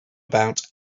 about